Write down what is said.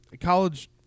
College